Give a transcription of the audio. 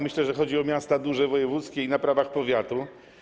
Myślę, że chodzi o miasta duże, wojewódzkie i na prawach powiatu.